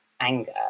anger